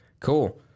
Cool